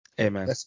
Amen